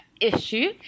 issue